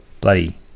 bloody